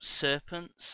serpents